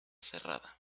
cerrada